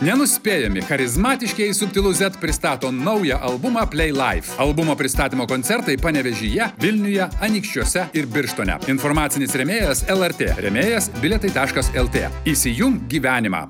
nenuspėjami charizmatiškieji subtilūs zet pristato naują albumą plei laiv albumo pristatymo koncertai panevėžyje vilniuje anykščiuose ir birštone informacinis rėmėjas lrt rėmėjas bilietai taškas lt įsijunk gyvenimą